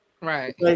Right